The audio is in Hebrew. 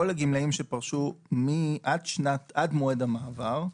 כל הגמלאים שפרשו עד מועד המעבר,